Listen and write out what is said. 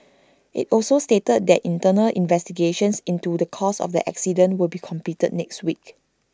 IT also stated that internal investigations into the cause of the accident will be completed next week